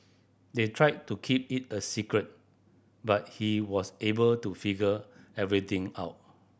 they tried to keep it a secret but he was able to figure everything out